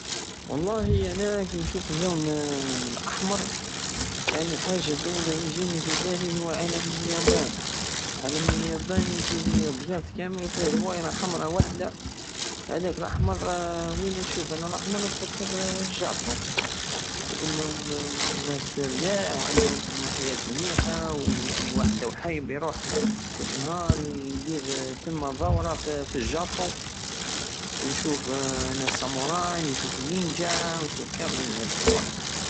والله انا كي نشوف اللون الاحمر يعني الحاجة اللولى الي تجيني في بالي هو علم اليابان علم اليابان يجي بيض كامل وفيه دوايرة حمرى وحدى هداك لحمر وين نشوف انايا لحمر نتفكر الجابون لانهم ناس ملاح وعندهم حياة مليحة ويعني الواحد راه حايب يروح كش نهار يدير تم دورة في الجابون ونشوف انا الصموراي ونشوف النينجا ونشوف كامل هاد الصوالح